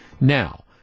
now